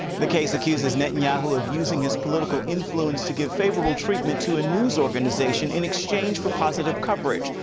the case accuses netanyahu of using his political influence to give favorable treatment to a news organization in exchange for positive coverage.